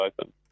open